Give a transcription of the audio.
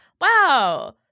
wow